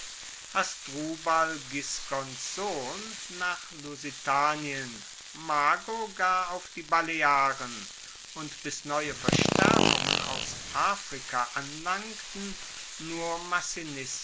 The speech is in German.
hasdrubal gisgons sohn nach lusitanien mago gar auf die balearen und bis neue verstaerkungen aus afrika anlangten nur